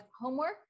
homework